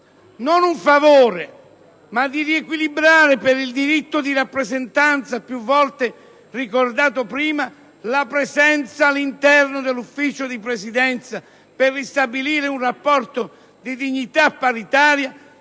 non un favore, ma di riequilibrare, per il diritto di rappresentanza prima più volte ricordato, la presenza all'interno del Consiglio di Presidenza, per ristabilire un rapporto di dignità paritaria